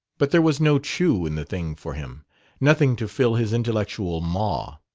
but there was no chew in the thing for him nothing to fill his intellectual maw.